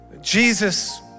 Jesus